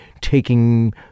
taking